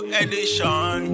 edition